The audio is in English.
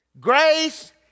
Grace